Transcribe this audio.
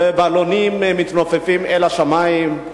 בלונים מתנופפים אל השמים,